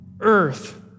earth